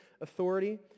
authority